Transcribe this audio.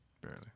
Barely